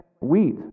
wheat